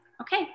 okay